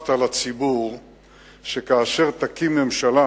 הבטחת לציבור שכאשר תקים ממשלה,